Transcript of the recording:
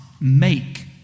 make